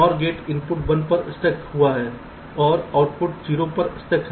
NOR gate input 1 पर stuck हुए हैं औरआउटपुट 0 पर स्टक हैं